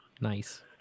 Nice